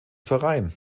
verein